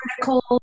articles